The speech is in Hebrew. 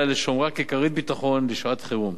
אלא לשומרה ככרית ביטחון לשעת-חירום.